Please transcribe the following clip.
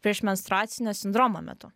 prieš menstruacinio sindromo metu